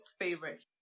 favorite